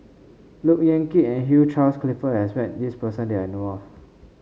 Look Yan Kit and Hugh Charles Clifford has met this person that I know of